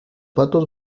patos